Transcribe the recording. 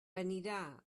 anirà